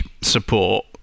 support